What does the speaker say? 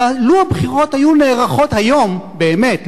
לו הבחירות היו נערכות היום באמת,